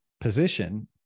position